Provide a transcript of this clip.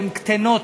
הן קטנות,